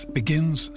begins